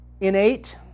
innate